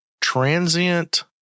transient